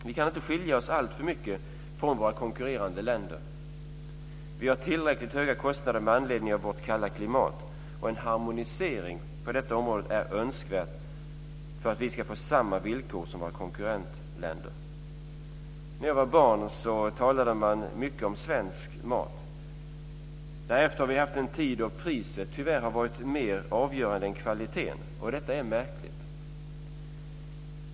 Vi kan inte skilja oss alltför mycket från konkurrerande länder. Vi har tillräckligt höga kostnader med anledning av vårt kalla klimat. En harmonisering på detta område är önskvärd för att vi ska få samma villkor som våra konkurrentländer. När jag var barn talade man mycket om svensk mat. Därefter har vi haft en tid då priset tyvärr har varit mer avgörande än kvaliteten. Detta är märkligt.